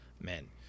men